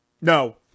No